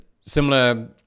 similar